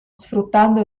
sfruttando